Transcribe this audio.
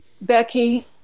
becky